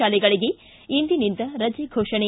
ಶಾಲೆಗಳಿಗೆ ಇಂದಿನಿಂದ ರಜೆ ಘೋಷಣೆ